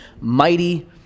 mighty